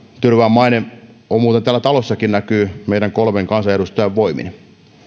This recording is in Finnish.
tyrvään maine muuten täällä talossakin näkyy meidän kolmen kansanedustajan voimin